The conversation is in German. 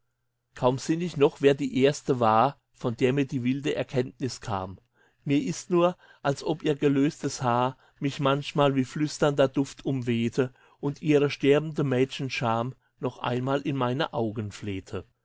kaum sinn ich noch wer die erste war von der mir die wilde erkenntnis kam mir ist nur als ob ihr gelöstes haar mich manchmal wie flüsternder duft umwehte und ihre sterbende mädchenscham noch einmal in meine augen flehte